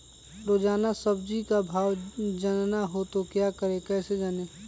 रोजाना सब्जी का भाव जानना हो तो क्या करें कैसे जाने?